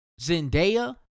Zendaya